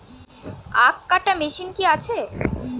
আখ কাটা মেশিন কি আছে?